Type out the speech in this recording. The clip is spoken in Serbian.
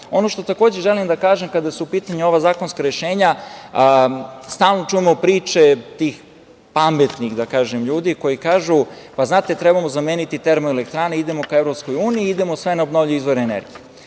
što takođe želim da kažem kada su u pitanju ova zakonska rešenja, stalno čujemo priče tih, da kažem, pametnih ljudi, koji kažu – pa znate, trebamo zameniti termoelektrane, idemo ka Evropskoj uniji, idemo na obnovljive izvore energije.